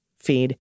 feed